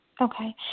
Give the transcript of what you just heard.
Okay